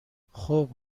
خوب